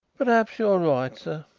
perhaps you are right, sir.